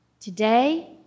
today